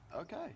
Okay